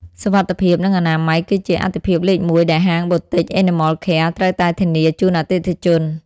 សុវត្ថិភាព និងអនាម័យគឺជាអាទិភាពលេខមួយដែលហាង Boutique Animal Care ត្រូវតែធានាជូនអតិថិជន។